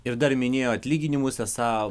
ir dar minėjo atlyginimus esą